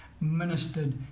ministered